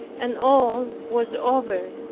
and all was over.